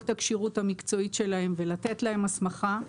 את הכשירות המקצועית שלהם ולתת להם הסמכה,